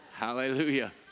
Hallelujah